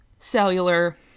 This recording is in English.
cellular